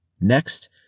Next